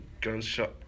gunshot